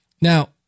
Now